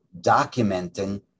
documenting